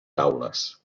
taules